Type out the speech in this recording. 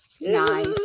Nice